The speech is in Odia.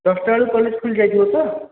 ଦଶଟା ବେଳକୁ କଲେଜ୍ ଖୋଲିଯାଇଥିବ ତ